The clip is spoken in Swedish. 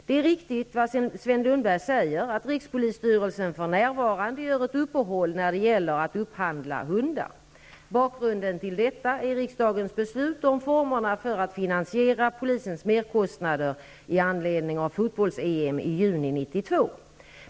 Det är riktigt som Sven Lundberg säger, att rikspolisstyrelsen för närvarande gör ett uppehåll när det gäller att upphandla hundar. Bakgrunden till detta är riksdagens beslut om formerna för att finansiera polisens merkostnader i anledning av fotbolls-EM i juni 1992.